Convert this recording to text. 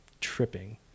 tripping